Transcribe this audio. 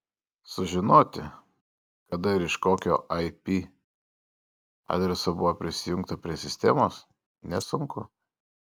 sužinoti kada ir iš kokio ip adreso buvo prisijungta prie sistemos nesunku